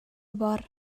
бар